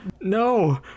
No